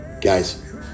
Guys